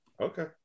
okay